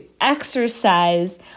exercise